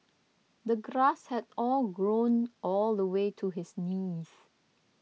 the grass had all grown all the way to his knees